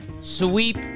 sweep